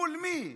מול מי?